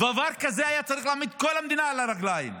דבר כזה היה צריך להעמיד את כל המדינה על הרגליים,